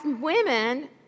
women